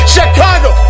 Chicago